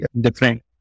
different